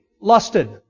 lusted